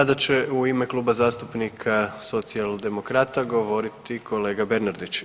Sada će u ime Kluba zastupnika Socijaldemokrata govoriti kolega Bernardić.